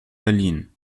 berlin